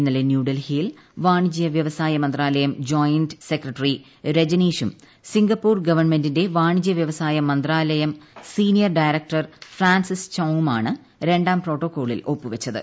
ഇന്നലെ ന്യൂഡൽഹിയിൽ വാണിജ്യ വ്യവസായ മന്ത്രാലയം ജോയിന്റ് ജോയിന്റ് ന സെക്രട്ടറി രജനീഷും സിംഗപ്പൂർ ഗവൺമെന്റിന്റെ വാണിജ്യ വ്യവസായി മന്ത്രാലയം സിനിയർ ഡയറക്ടർ ഫ്രാൻസിസ് ചോംങുമാണ് രണ്ടാം പ്രോട്ടോക്കോളിൽ ഒപ്പു വച്ചത്